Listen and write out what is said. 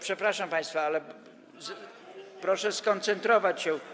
Przepraszam państwa, ale proszę skoncentrować się.